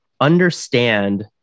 understand